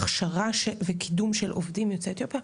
הכשרה וקידום של עובדים יוצאי אתיופיה.